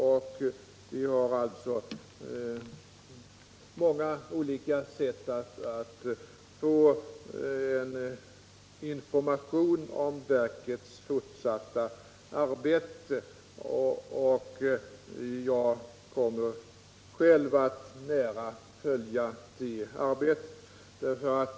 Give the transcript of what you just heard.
Vi har alltså många olika sätt att få information om verkets fortsatta arbete och jag kommer själv att nära följa det arbetet.